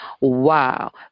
Wow